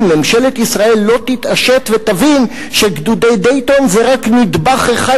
אם ממשלת ישראל לא תתעשת ותבין שגדודי דייטון זה רק נדבך אחד